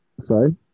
Sorry